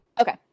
Okay